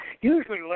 usually